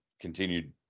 continued